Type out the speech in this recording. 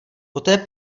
poté